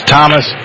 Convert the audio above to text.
Thomas